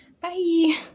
bye